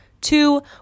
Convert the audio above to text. Two